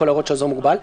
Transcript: שנית,